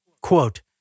Quote